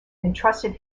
entrusted